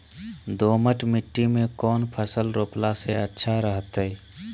दोमट मिट्टी में कौन फसल रोपला से अच्छा रहतय?